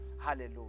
hallelujah